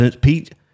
Pete